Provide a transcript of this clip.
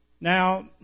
Now